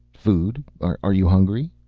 food? are you hungry?